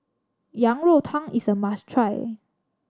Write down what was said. Yang Rou Tang is a must try